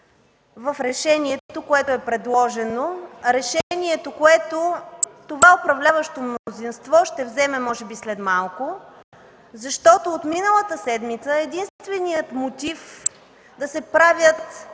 в решението, което е предложено, решението, което това управляващо мнозинство ще вземе може би след малко. От миналата седмица единственият мотив да се правят